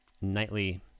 nightly